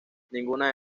ninguna